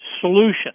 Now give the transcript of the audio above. solution